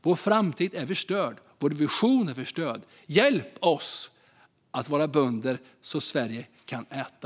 Vår framtid är förstörd. Vår vision är förstörd. Hjälp oss att vara bönder så Sverige kan äta."